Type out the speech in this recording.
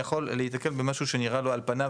יכול להתעכב במשהו שנראה לו על פניו,